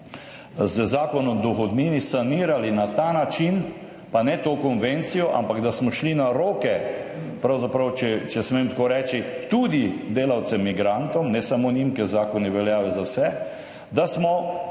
z Zakonom o dohodnini sanirali na ta način, pa ne to konvencijo, ampak da smo šli na roke pravzaprav, če smem tako reči, tudi delavcem migrantom, ne samo njim, ker zakoni veljajo za vse, da smo